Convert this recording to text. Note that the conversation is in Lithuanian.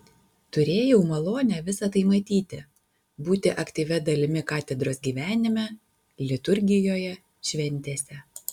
turėjau malonę visa tai matyti būti aktyvia dalimi katedros gyvenime liturgijoje šventėse